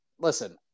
listen